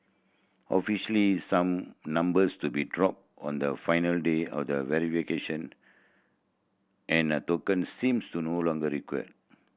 officially some numbers to be drop on the final day all the and a token seems to no longer required